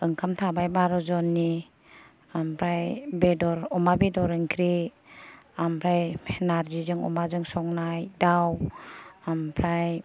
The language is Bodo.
ओंखाम थाबाय बार' जननि ओमफ्राय बेदर अमा बेदर ओंख्रि ओमफ्राय नार्जिजों अमाजों संनाय दाव ओमफ्राय